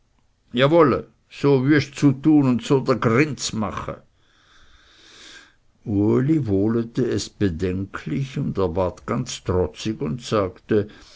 jawolle so wüst zu tun und so dr gring z'machen uli wohlete es bedenklich und er ward ganz trotzig und sagte